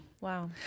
Wow